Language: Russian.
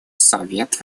совет